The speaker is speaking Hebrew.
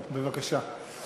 בבקשה.